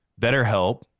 BetterHelp